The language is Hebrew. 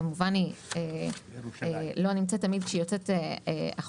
כמובן היא לא נמצאת תמיד כשהיא יוצאת החוצה.